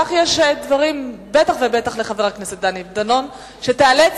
כך יש בטח ובטח לחבר הכנסת דני דנון דברים שתיאלץ